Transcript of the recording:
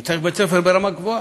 הוא צריך בית-ספר ברמה גבוהה.